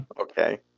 Okay